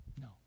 No